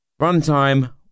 Runtime